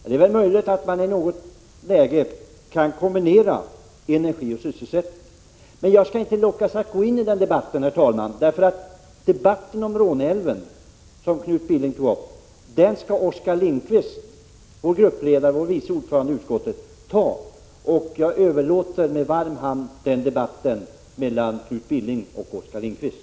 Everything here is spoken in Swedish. Det är möjligt att man i något läge kan kombinera energi och sysselsättning, men jag skall inte låta mig lockas in i den debatten. Debatten om Råneälven, som Knut Billing tog upp, kommer nämligen att föras av Oskar Lindkvist, gruppledare och vice ordförande i utskottet. Jag överlåter med varm hand den debatten till Knut Billing och Oskar Lindkvist.